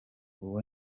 uwo